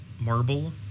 marble